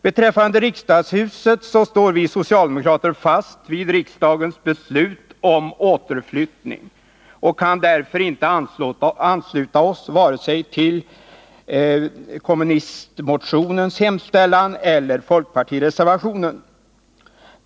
Beträffande riksdagshuset står vi socialdemokrater fast vid riksdagens beslut om återflyttning och kan därför inte ansluta oss vare sig till kommunistmotionens hemställan eller till folkpartireservationen.